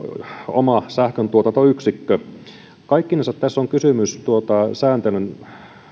oma sähköntuotantoyksikkö kaikkinensa tässä on kysymys sääntelyn